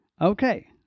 Okay